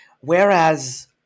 whereas